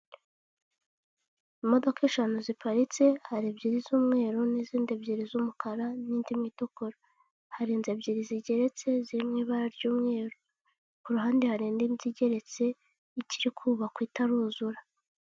Imodoka eshanu ziparitse, hari ebyiri z'umweru, n'izindi ebyiri z'umukara, n'indi imwe itukura. Hari inzu ebyiri zigeretse, ziri mu ibara ry'umweru. Ku ruhande hari indi nzu igeretse, ikiri kubakwa, itaruzura.